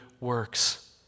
works